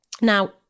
Now